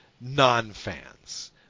non-fans